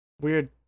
weird